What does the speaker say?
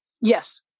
Yes